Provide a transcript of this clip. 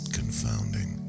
confounding